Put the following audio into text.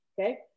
Okay